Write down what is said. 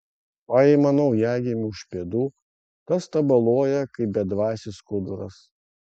paima naujagimį už pėdų tas tabaluoja kaip bedvasis skuduras